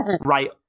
Right